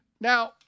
Now